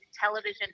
television